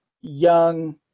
young